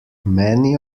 many